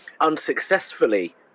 unsuccessfully